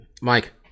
Mike